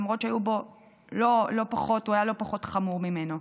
למרות שהוא היה לא פחות חמור ממנו.